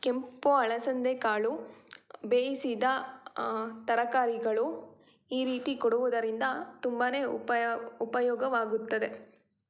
ಕೆಂಪು ಅಲಸಂದೆಕಾಳು ಬೇಯಿಸಿದ ತರಕಾರಿಗಳು ಈ ರೀತಿ ಕೊಡುವುದರಿಂದ ತುಂಬಾನೇ ಉಪಯ ಉಪಯೋಗವಾಗುತ್ತದೆ